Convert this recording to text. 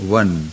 one